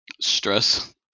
Stress